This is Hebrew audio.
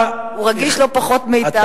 אתה, הוא רגיש לא פחות מאתנו.